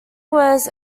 was